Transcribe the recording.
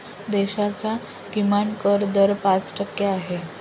देशाचा किमान कर दर पाच टक्के आहे